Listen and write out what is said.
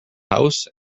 house